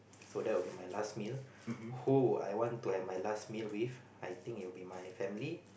so that will be my last meal who will I want to have my last meal with I think it will be my family